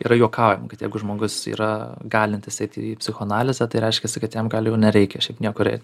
yra juokaujam kad jeigu žmogus yra galintis eiti į psichoanalizę tai reiškiasi kad jam gal jau nereikia šiaip niekur eit